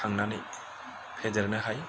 खांनानै फेदेरनो हायो